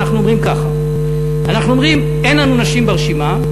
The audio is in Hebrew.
ואנחנו אומרים ככה: אין לנו נשים ברשימה,